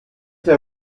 der